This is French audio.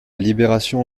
libération